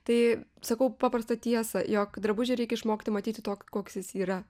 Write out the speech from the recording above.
tai sakau paprastą tiesą jog drabužį reikia išmokti matyti tok koks jis yra